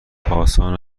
آسان